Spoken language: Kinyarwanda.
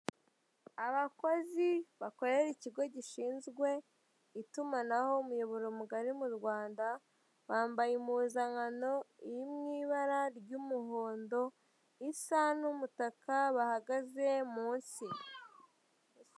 Abakozi bakorera ikigo gishinzwe itumanaho umuyoboro mugari mu Rwanda, bambaye impuzankano iri mu ibara ry'umuhondo isa n'umutaka bahagaze munsi.